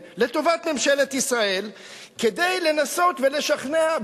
לטובת ממשלת ישראל כדי לנסות ולשכנע,